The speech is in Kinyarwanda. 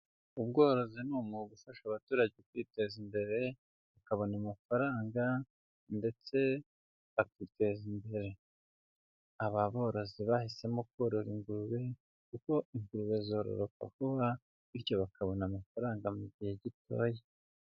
Ubworozi ni umwuga ufasha abaturage kwiteza imbere bakabona amafaranga ndetse akiteza imbere. Aba borozi bahisemo korora ingurube kuko ingurube zororoka vuba bityo bakabona amafaranga mu gihe gitoya.